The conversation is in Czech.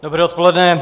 Dobré odpoledne.